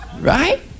right